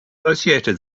associated